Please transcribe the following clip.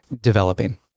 developing